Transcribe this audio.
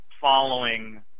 following